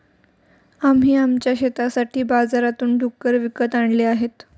आम्ही आमच्या शेतासाठी बाजारातून डुक्कर विकत आणले आहेत